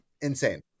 insane